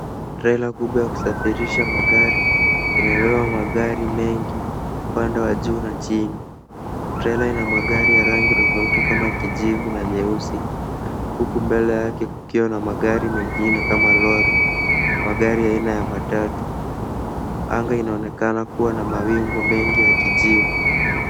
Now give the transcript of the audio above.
Trela kubwa ya kusafirisha magari, inabeba magari mengi, upande wa juu na chini. Trela ina magari ya rangi tofauti kama kijivu na nyeusi, huku mbele yake kukiwa na magari mengine kama lori, magari aina ya matatu. Anga inaonekana kuwa na mawingu mengi ya kijivu.